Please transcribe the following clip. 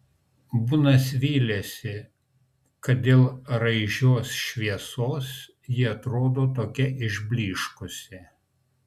bunas vylėsi kad dėl raižios šviesos ji atrodo tokia išblyškusi